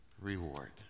reward